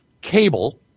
cable